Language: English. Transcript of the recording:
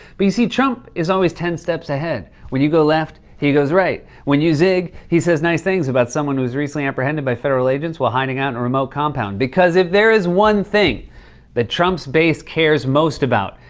but, you see, trump is always ten steps ahead. when you go left, he goes right. when you zig, he says nice things about someone who was recently apprehended by federal agents while hiding out in a remote compound. because if there is one thing that trump's base cares most about,